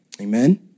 amen